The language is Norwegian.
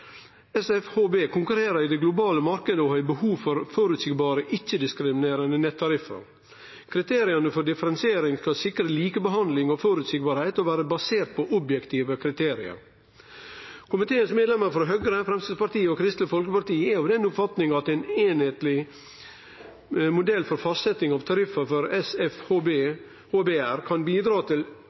konkurrerer i den globale marknaden og har behov for føreseielege, ikkje-diskriminerande nettariffar. Kriteria for differensiering skal sikre likebehandling, vere føreseielege og baserte på objektive kriterium. Komiteens medlemer frå Høgre, Framstegspartiet og Kristeleg Folkeparti er av den oppfatninga at ein einskapleg modell for fastsetjing av tariffar for SFHB-ar kan bidra til